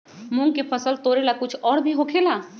मूंग के फसल तोरेला कुछ और भी होखेला?